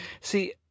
See